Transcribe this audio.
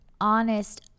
honest